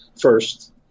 first